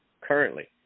currently